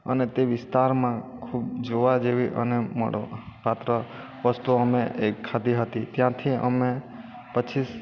અને તે વિસ્તારમાં ખૂબ જોવા જેવી અને મળવાપાત્ર વસ્તુ અમે એ ખાધી હતી ત્યાંથી અમે પછી